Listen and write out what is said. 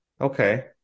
Okay